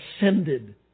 ascended